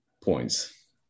Points